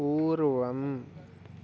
पूर्वम्